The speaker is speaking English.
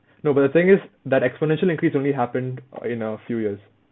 no but the thing is that exponential increase only happened in a few years